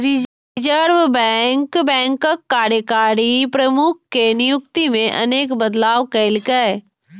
reserve bank बैंकक कार्यकारी प्रमुख के नियुक्ति मे अनेक बदलाव केलकै